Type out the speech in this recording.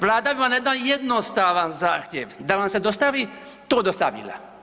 Vlada bi vam na jedan jednostavan zahtjev da vam se dostavi, to dostavila.